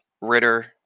Ritter